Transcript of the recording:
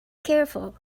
careful